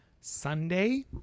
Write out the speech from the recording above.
Sunday